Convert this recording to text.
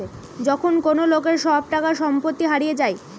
যখন কোন লোকের সব টাকা সম্পত্তি হারিয়ে যায়